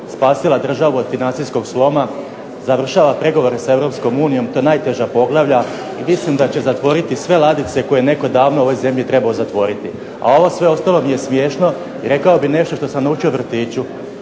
spasila državu od financijskog sloma, završava pregovore sa Europskom unijom ta najteža poglavlja. Mislim da će zatvoriti sve ladice koje je netko davno u ovoj zemlji trebao zatvoriti. A sve ovo ostalo mi je smiješno i rekao bih nešto što sam naučio u vrtiću: